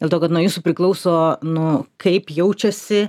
dėl to kad nuo jūsų priklauso nu kaip jaučiasi